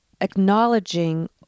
acknowledging